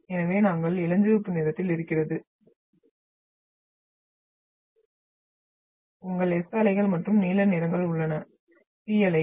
எனவே நாங்கள் இளஞ்சிவப்பு நிறத்தில் இருக்கிறது உங்கள் S அலைகள் மற்றும் நீல நிறங்கள் உங்கள் P அலைகள்